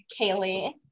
kaylee